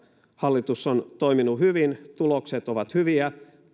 hallitus on toiminut hyvin tulokset ovat hyviä